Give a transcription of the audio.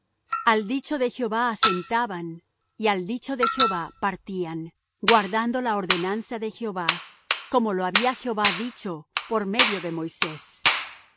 al dicho de jehová asentaban y al dicho de jehová partían guardando la ordenanza de jehová como lo había jehová dicho por medio de moisés y